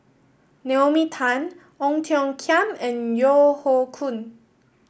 Naomi Tan Ong Tiong Khiam and Yeo Hoe Koon